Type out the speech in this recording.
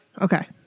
Okay